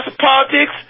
Politics